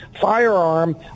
firearm